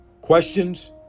Questions